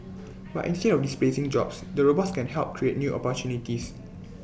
but instead of displacing jobs the robots can help create new opportunities